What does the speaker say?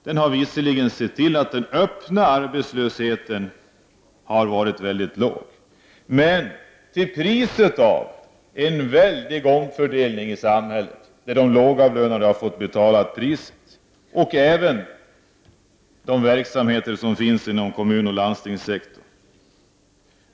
Den har visserligen sett till att den öppna arbetslösheten har varit mycket låg men till priset av en väldig omfördelning i samhället där de lågavlönade och de verksamheter som finns inom den kommunala sektorn och inom landstingssektorn har fått betala priset.